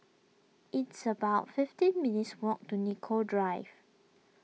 it's about fifteen minutes' walk to Nicoll Drive